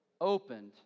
Opened